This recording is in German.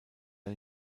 der